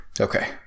Okay